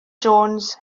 jones